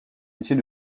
métier